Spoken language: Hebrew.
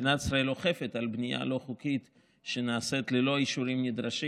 מדינת ישראל אוכפת בנייה לא חוקית שנעשית ללא אישורים נדרשים,